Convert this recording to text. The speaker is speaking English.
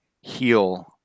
heal